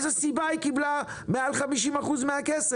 מאיזו סיבה היא קיבלה יותר מחצי מהכסף?